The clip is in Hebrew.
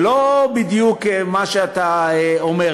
זה לא בדיוק מה שאתה אומר.